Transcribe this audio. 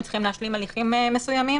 כי הם צריכים להשלים הליכים מסוימים,